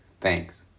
Thanks